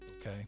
Okay